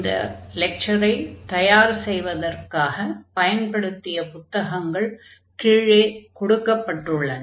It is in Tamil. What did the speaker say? இந்த லெக்சரை தயார் செய்வதற்காகப் பயன்படுத்திய புத்தகங்கள் கீழே கொடுக்கப்பட்டுள்ளன